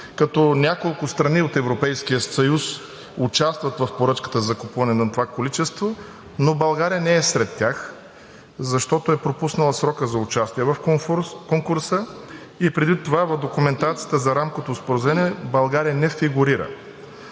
като няколко страни от Европейския съюз участват в поръчката за закупуване на това количество, но България не е сред тях, защото е пропуснала срока за участие в конкурса и преди това в документацията за Рамковото споразумение България не фигурира.